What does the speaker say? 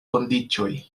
kondiĉoj